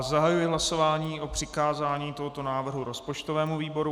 Zahajuji hlasování o přikázání tohoto návrhu rozpočtovému výboru.